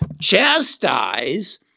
chastise